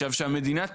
עכשיו, שהמדינה תבוא,